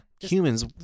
Humans